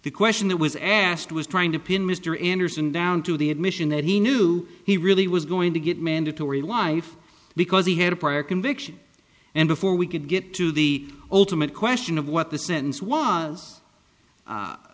the question that was asked was trying to pin mr anderson down to the admission that he knew he really was going to get mandatory life because he had a prior conviction and before we could get to the ultimate question of what the sentence